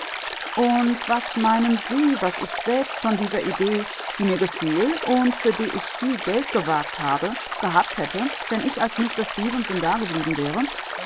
und was meinen sie was ich selbst von dieser idee die mir gefiel und für die ich viel geld gewagt habe gehabt hätte wenn ich als mister stefenson dageblieben wäre